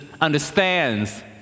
understands